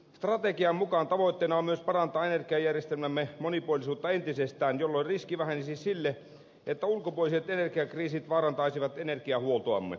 strategian mukaan tavoitteena on myös parantaa energiajärjestelmämme monipuolisuutta entisestään jolloin se riski vähenisi että ulkopuoliset energiakriisit vaarantaisivat energiahuoltoamme